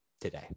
today